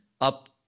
up